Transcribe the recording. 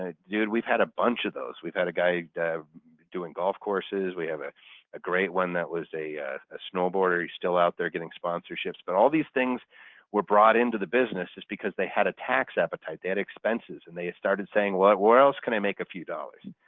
dude. we've had a bunch of those. we've had a guy doing golf courses, we have a a great one that was a a snowboarder, he's still out there getting sponsorships but all these things were brought into the business just because they had a tax appetite. they had expenses and they started saying well where else can i make a few dollars.